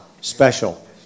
special